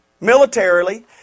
militarily